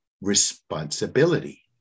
responsibility